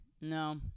No